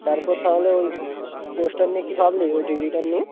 তারপর তাহলে ওই কোর্সটা নিয়ে কী ভাবলি ওই ডিগ্রিটা নিয়ে